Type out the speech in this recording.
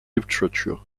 literature